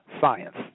science